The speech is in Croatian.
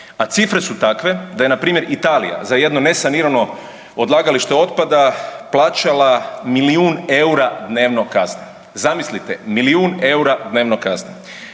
A cifre su takve da je npr. Italija za jedno nesanirano odlagalište otpada plaćala milijun EUR-a dnevno kazne, zamislite milijun EUR-a dnevno kazne.